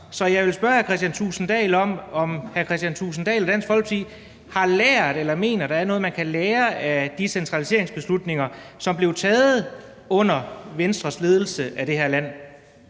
så jeg vil spørge hr. Kristian Thulesen Dahl om, om hr. Kristian Thulesen Dahl og Dansk Folkeparti har lært, eller mener, at der er noget, man kan lære, af de centraliseringsbeslutninger, som blev taget under Venstres ledelse af det her land.